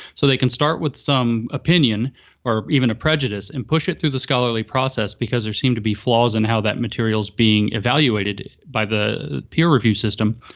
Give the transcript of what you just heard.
so they can start with some opinion or even a prejudice and push it through the scholarly process because there seem to be flaws in how that material's being evaluated by the peer-review system.